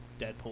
Deadpool